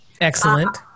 Excellent